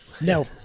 No